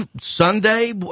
Sunday